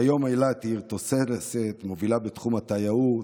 כיום אילת היא עיר תוססת, מובילה בתחום התיירות,